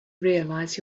realize